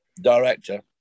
director